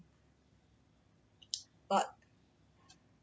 but